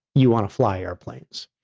you want to fly airplanes.